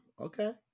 Okay